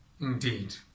Indeed